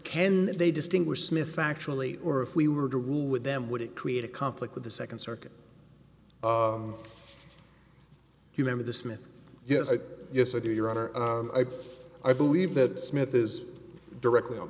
can they distinguish smith actually or if we were to rule with them would it create a conflict with the second circuit you member the smith yes i yes i do your honor i believe that smith is directly on